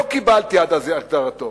לא קיבלתי אז את הגדרתו,